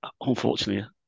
unfortunately